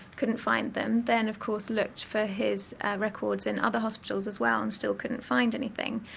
couldn't find them, then of course looked for his records in other hospitals as well and still couldn't find anything,